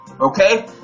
okay